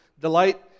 delight